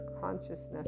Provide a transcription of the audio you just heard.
consciousness